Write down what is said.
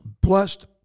blessed